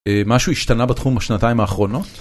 משהו השתנה בתחום בשנתיים האחרונות?